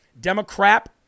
Democrat